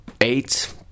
eight